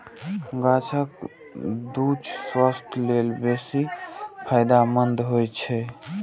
गाछक दूछ स्वास्थ्य लेल बेसी फायदेमंद होइ छै